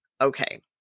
Okay